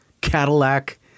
Cadillac